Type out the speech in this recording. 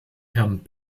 herrn